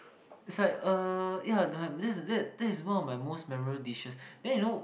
it's like uh ya this is this is one of my most memorable dishes then you know